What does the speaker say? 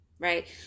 Right